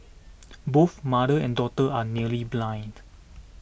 both mother and daughter are nearly blind